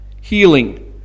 healing